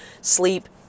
sleep